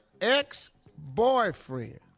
ex-boyfriend